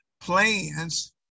plans